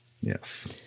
Yes